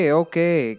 okay